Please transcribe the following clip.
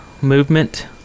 movement